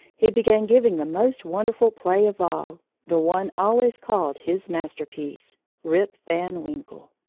he began giving the most wonderful play of all the one always called his masterpiece rip van winkle.